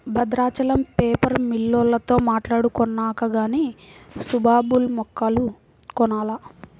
Bhadrachalam paper మిల్లోల్లతో మాట్టాడుకొన్నాక గానీ సుబాబుల్ మొక్కలు కొనాల